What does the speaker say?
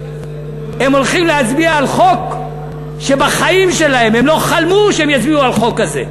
הם הולכים להצביע על חוק שבחיים שלהם הם לא חלמו שהם יצביעו על חוק כזה.